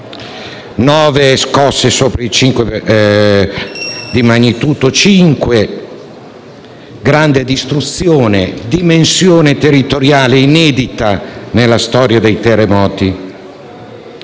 nove scosse di magnitudo superiore a cinque, grande distruzione, dimensione territoriale inedita nella storia dei terremoti.